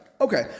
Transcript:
Okay